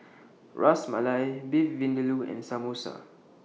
Ras Malai Beef Vindaloo and Samosa